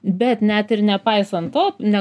bet net ir nepaisant to ne